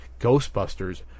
Ghostbusters